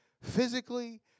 physically